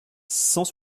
cent